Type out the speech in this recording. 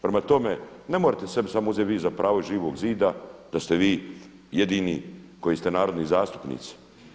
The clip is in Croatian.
Prema tome, ne morate sebi samo uzet vi za pravo iz Živog zida da ste vi jedini koji ste narodni zastupnici.